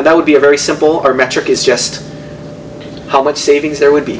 and that would be a very simple are metric is just how much savings there would be